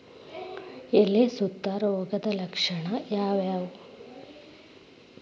ಎಲೆ ಸುತ್ತು ರೋಗದ ಲಕ್ಷಣ ಯಾವ್ಯಾವ್?